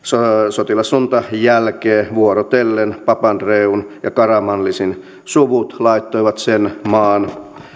sotilasjuntan jälkeen vuorotellen padandreoun ja karamanlisin suvut laittoivat sen maan